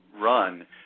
run